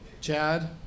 Chad